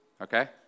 okay